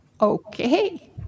okay